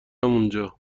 اونجا